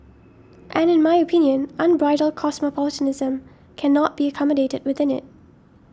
and in my opinion unbridled cosmopolitanism cannot be accommodated within it